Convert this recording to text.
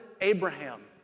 Abraham